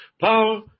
power